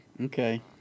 Okay